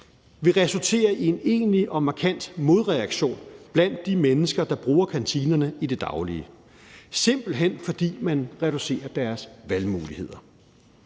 vil resultere i en egentlig og markant modreaktion blandt de mennesker, der bruger kantinerne i det daglige, simpelt hen fordi man reducerer deres valgmuligheder.